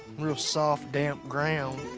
real soft, damp ground.